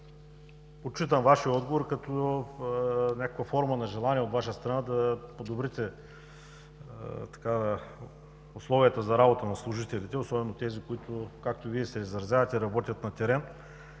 отчитам Вашия отговор като някаква форма на желание от Ваша страна да подобрите условията за работа на служителите, особено на тези, както Вие се изразявате, че работят на терен.